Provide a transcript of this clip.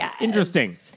interesting